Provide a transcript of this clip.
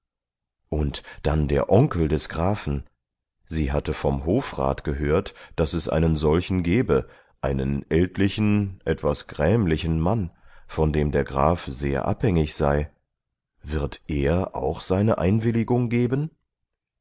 und dann der onkel des grafen sie hatte vom hofrat gehört daß es einen solchen gebe einen ältlichen etwas grämlichen mann von dem der graf sehr abhängig sei wird er auch seine einwilligung geben